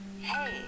Hey